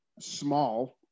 small